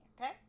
okay